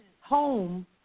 home